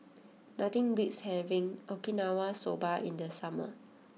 nothing beats having Okinawa Soba in the summer